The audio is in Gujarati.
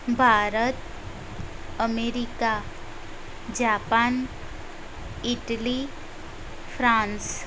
Bharat America Japan Italy France